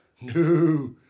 No